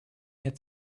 had